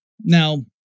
Now